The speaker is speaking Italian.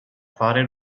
fare